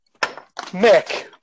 Mick